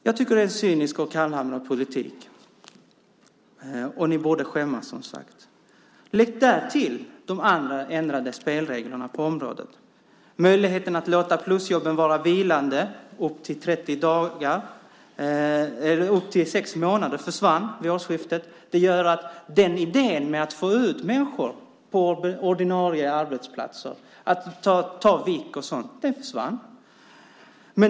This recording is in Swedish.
Jag tycker att detta är en cynisk och kallhamrad politik, och ni borde skämmas. Lägg därtill de andra ändrade spelreglerna på området. Möjligheten att låta plusjobben vara vilande i 30 dagar eller upp till sex månader försvann vid årsskiftet. Det gör att idén med att få ut människor på ordinarie arbetsplatser, att ta vikariat och så vidare försvann.